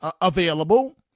available